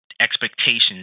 expectations